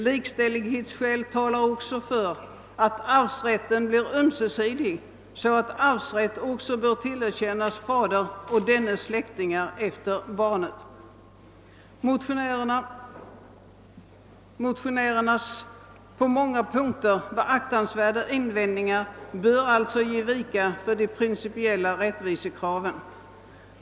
Likställighetsskäl talar också för att arvsrätten blir ömsesidig, så att arvsrätt efter barnet också bör tillerkännas fadern och dennes släktingar. Motionärernas på många punkter beaktansvärda invändningar bör alltså ge vika för de principiella rättvisekraven.